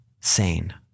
sane